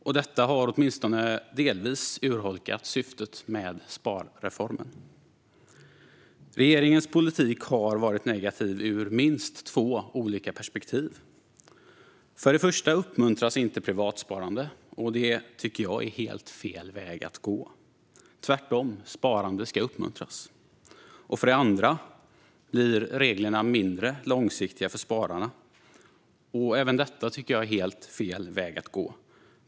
Detta har åtminstone delvis urholkat syftet med sparreformen. Regeringens politik har varit negativ ur minst två olika perspektiv. För det första uppmuntras inte privatsparande, och det tycker jag är helt fel väg att gå. Tvärtom ska sparande uppmuntras. För det andra blir reglerna mindre långsiktiga för spararna. Även detta tycker jag är helt fel väg att gå.